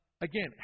again